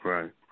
Right